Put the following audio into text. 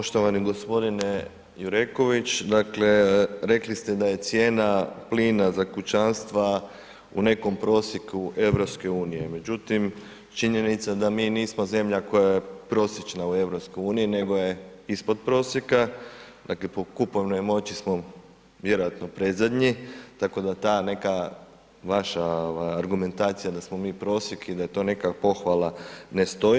Poštovani gospodine Jureković dakle rekli ste da je cijena plina za kućanstva u nekom prosjeku EU, međutim činjenica da mi nismo zemlja koja je prosječna u EU, nego je ispod prosjeka, dakle po kupovnoj moći smo vjerojatno predzadnji tako da ta neka vaša ova argumentacija da smo mi prosjek i da je to neka pohvala ne stoji.